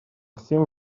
всем